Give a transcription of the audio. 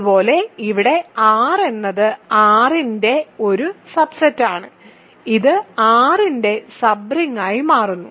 അതുപോലെ ഇവിടെ R എന്നത് R ന്റെ ഒരു സബ്സെറ്റാണ് അത് R ന്റെ സബ് റിങ്ങായി മാറുന്നു